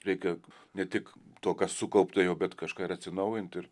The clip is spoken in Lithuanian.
reikia ne tik to kas sukaupta jau bet kažką ir atsinaujint ir